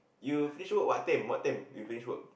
you finish work what time what time you finish work